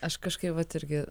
aš kažkaip vat irgi